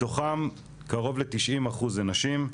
מתוכם קרוב ל-90% זה נשים.